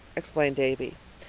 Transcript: explained davy.